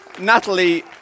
Natalie